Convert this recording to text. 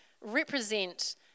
represent